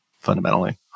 Fundamentally